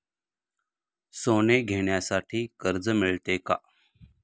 सोने घेण्यासाठी कर्ज मिळते का?